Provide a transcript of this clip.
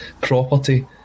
property